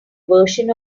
version